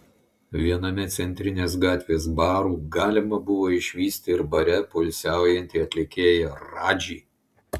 viename centrinės gatvės barų galima buvo išvysti ir bare poilsiaujantį atlikėją radžį